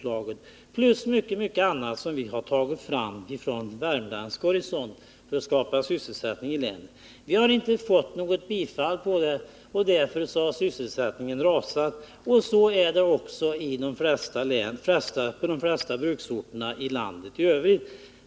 Samma öde har mött mycket annat vi tagit fram från värmländsk horisont för att skapa sysselsättning i länet. Vi har inte fått gehör för våra förslag, och därför har sysselsättningssiffrorna rasat. Och så är det för de flesta bruksorterna i landet i övrigt.